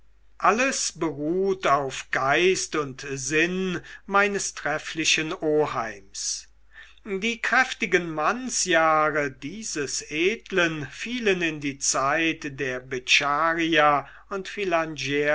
alles beruht auf geist und sinn meines trefflichen oheims die kräftigen mannsjahre dieses edlen fielen in die zeit der beccaria und